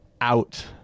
out